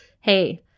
hey